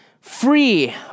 free